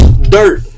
dirt